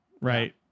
right